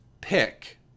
pick